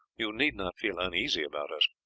you need not feel uneasy about us.